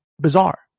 bizarre